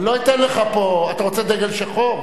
אני לא אתן לך פה, אתה רוצה דגל שחור?